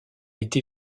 été